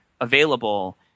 available